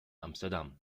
amsterdam